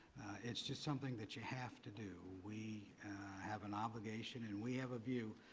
it is just something that you have to do. we have an obligation and we have a view.